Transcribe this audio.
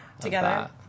together